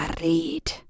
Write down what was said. read